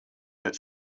that